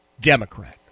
Democrat